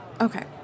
Okay